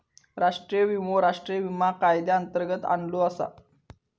राष्ट्रीय विमो राष्ट्रीय विमा कायद्यांतर्गत आणलो आसा